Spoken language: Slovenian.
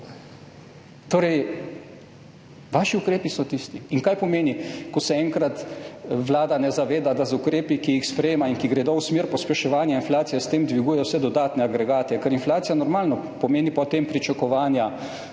Torej, vaši ukrepi so tisti. Kaj pomeni, ko se enkrat Vlada ne zaveda, da z ukrepi, ki jih sprejema in ki gredo v smer pospeševanja inflacije, dviguje vse dodatne agregate? Ker inflacija, normalno, pomeni potem pričakovanja